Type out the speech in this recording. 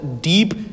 deep